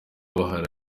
bahari